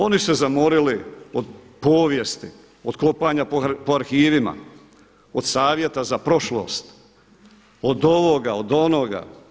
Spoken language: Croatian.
Oni su se zamorili od povijesti, od kopanja po arhivima, od savjeta za prošlost, od ovoga, od onoga.